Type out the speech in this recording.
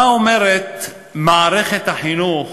מה אומרת מערכת החינוך